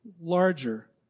larger